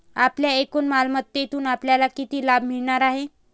आपल्या एकूण मालमत्तेतून आपल्याला किती लाभ मिळणार आहे?